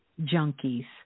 junkies